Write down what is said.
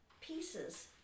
pieces